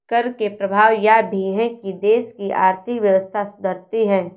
कर के प्रभाव यह भी है कि देश की आर्थिक व्यवस्था सुधरती है